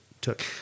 took